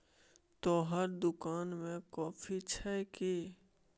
तोहर दोकान मे कॉफी छह कि?